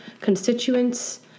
constituents